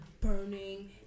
burning